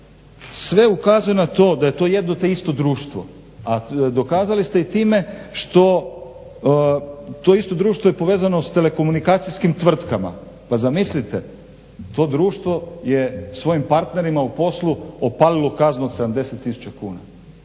Sve ukazuje na to da je to jedno te isto društvo, a dokazali ste time što je to isto društvo povezano s telekomunikacijskim tvrtkama. Pa zamislite to društvo je svojim partnerima u poslu opalilo kaznu 70 tisuća kuna.